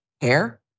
hair